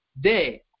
Day